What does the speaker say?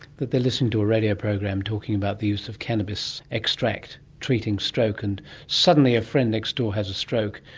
that they're listening to a radio program talking about the use of cannabis extract treating stoke and suddenly a friend next door has a stroke.